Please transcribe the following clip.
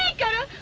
go